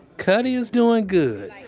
cutty is doing good.